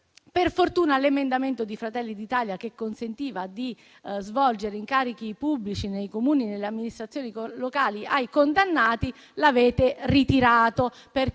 Per fortuna l'emendamento di Fratelli d'Italia che consentiva ai condannati di svolgere incarichi pubblici nei Comuni e nelle amministrazioni locali l'avete ritirato.